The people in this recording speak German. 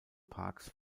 parks